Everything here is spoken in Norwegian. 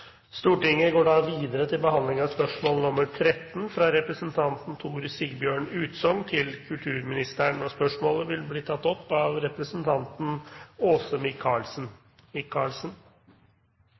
fra representanten Tor Sigbjørn Utsogn til kulturministeren, vil bli tatt opp av representanten Åse Michaelsen.